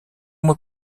mois